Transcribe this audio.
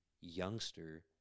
youngster